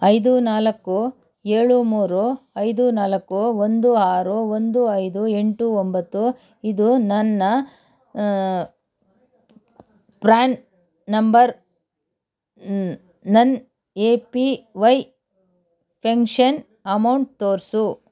ಐದು ನಾಲ್ಕು ಏಳು ಮೂರು ಐದು ನಾಲ್ಕು ಒಂದು ಆರು ಒಂದು ಐದು ಎಂಟು ಒಂಬತ್ತು ಇದು ನನ್ನ ಪ್ರ್ಯಾನ್ ನಂಬರ್ ನನ್ನ ಪಿ ವೈ ಪೆನ್ಷನ್ ಅಮೌಂಟ್ ತೋರಿಸು